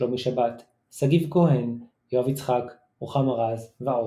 שלומי שבת, סגיב כהן, יואב יצחק, רוחמה רז ועוד.